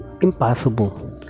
impossible